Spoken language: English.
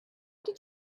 did